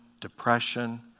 depression